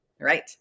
Right